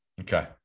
Okay